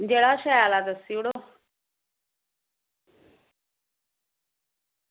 जेह्ड़ा शैल ऐ दस्सी ओड़ो